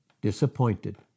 Disappointed